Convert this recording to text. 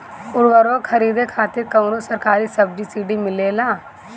उर्वरक खरीदे खातिर कउनो सरकारी सब्सीडी मिलेल?